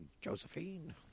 Josephine